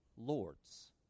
lords